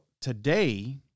today